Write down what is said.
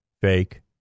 fake